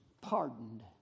pardoned